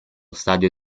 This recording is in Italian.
stadio